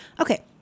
Okay